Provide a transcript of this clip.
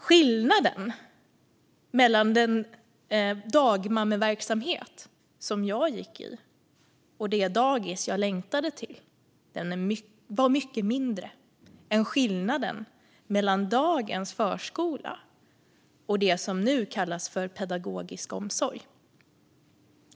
Skillnaden mellan den dagmammeverksamhet som jag gick i och det dagis jag längtade till var mycket mindre än skillnaden mellan dagens förskola och det som nu kallas för pedagogisk omsorg.